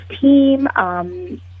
team